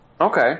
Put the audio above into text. Okay